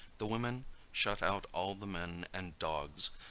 the women shut out all the men and dogs,